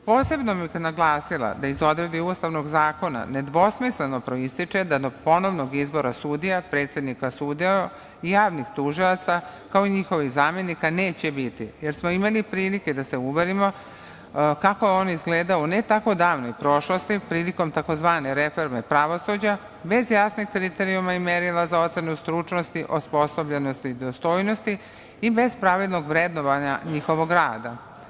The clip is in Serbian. Posebno bih naglasila da iz odredbi ustavnog zakona nedvosmisleno proističe da do ponovnog izbora sudija, predsednika sudova i javnih tužilaca, kao i njihovih zamenika neće biti, jer smo imali prilike da se uverimo kako je on izgledao u ne tako davnoj prošlosti prilikom tzv. reforme pravosuđa, bez jasnih kriterijuma i merila za ocenu stručnosti, osposobljenosti i dostojnosti i bez pravednog vrednovanja njihovog rada.